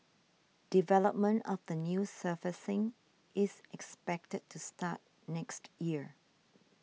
development of the new surfacing is expected to start next year